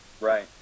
right